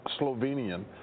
Slovenian